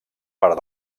part